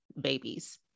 babies